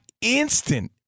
instant